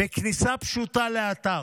זה בכניסה פשוטה לאתר,